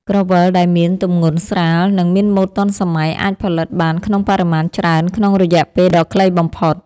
ក្រវិលដែលមានទម្ងន់ស្រាល និង មានម៉ូដទាន់សម័យអាចផលិតបានក្នុងបរិមាណច្រើនក្នុងរយៈពេលដ៏ខ្លីបំផុត។